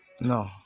no